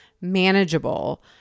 manageable